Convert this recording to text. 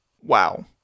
wow